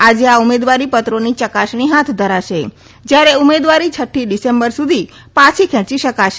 આજે આ ઉમેદવારી પત્રોની ચકાસણી હાથ ધરાશે જયારે ઉમેદવારી છઠ્ઠી ડિસેમ્બર સુધી પાંછી ખેંચી શકાશે